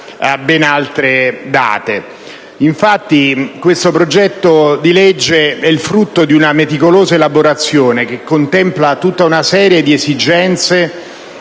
ben altre date). Questo progetto di legge, infatti, è il frutto di una meticolosa elaborazione, che contempla tutta una serie di esigenze